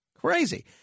Crazy